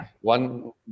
one